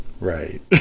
Right